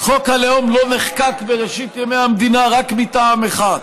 חוק הלאום לא נחקק בראשית ימי המדינה רק מטעם אחד,